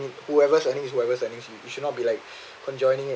whoever's earning is whoever's earning you you should not be like conjoining it